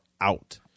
Out